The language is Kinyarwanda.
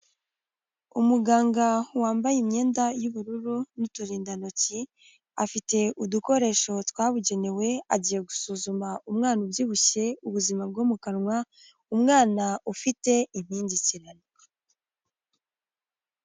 Umuganga wambaye imyenda y'ubururu n'uturindantoki, afite udukoresho twabugenewe, agiye gusuzuma umwana ubyibushye ubuzima bwo mu kanwa, umwana ufite impengekerane.